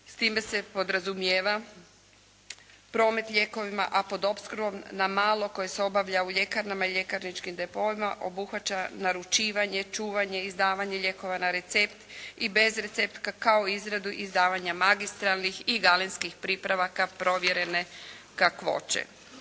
S time se podrazumijeva promet lijekovima, a pod opskrbom na malo koje se obavlja u ljekarnama i ljekarničkim depoima obuhvaća naručivanje, čuvanje, izdavanje lijekova na recept i bez recepta, kao i izradu izdavanja magistralnih i galenskih pripravaka provjerene kakvoće.